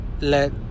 let